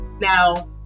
Now